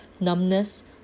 numbness